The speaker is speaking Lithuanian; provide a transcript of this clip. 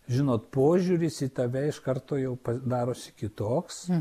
žinot požiūris į tave iš karto jau darosi kitoks